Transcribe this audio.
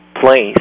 place